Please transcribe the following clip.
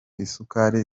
isukari